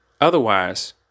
Otherwise